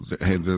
hey